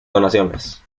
donaciones